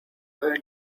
earn